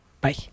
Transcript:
Bye